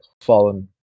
fallen